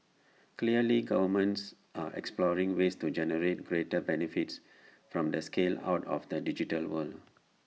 clearly governments are exploring ways to generate greater benefits from the scale out of the digital world